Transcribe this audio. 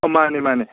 ꯑꯣ ꯃꯥꯅꯤ ꯃꯥꯅꯤ